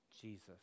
Jesus